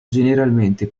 generalmente